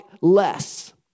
less